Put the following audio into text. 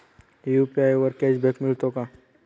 UPI वर cashback मिळतो का?